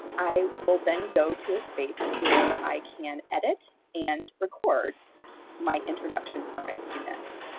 i will then go to a space where i can edit and record my introduction for my students.